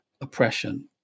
oppression